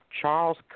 Charles